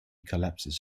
collapses